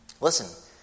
Listen